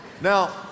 Now